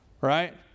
Right